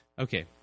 Okay